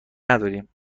نداریم